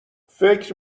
فکر